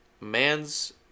man's